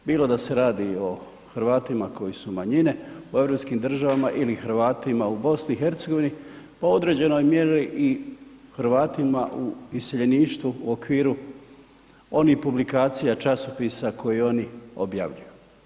Bilo da se radi o Hrvatima koji su manjine u europskim državama ili Hrvatima u BiH-u, po određenoj mjeri i Hrvatima u iseljeništvu u okviru onih publikacija, časopisa koje ioni objavljuju.